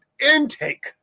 intake